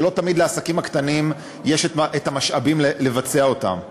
ולא תמיד לעסקים הקטנים יש המשאבים לבצע אותם.